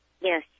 Yes